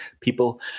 people